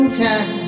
time